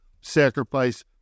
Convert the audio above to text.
sacrifice